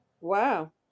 Wow